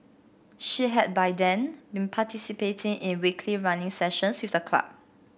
she had by then been participating in weekly running sessions with the club